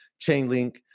Chainlink